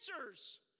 answers